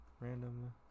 Random